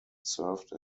served